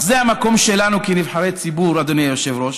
זה המקום שלנו כנבחרי ציבור, אדוני היושב-ראש,